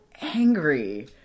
angry